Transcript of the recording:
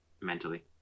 mentally